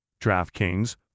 DraftKings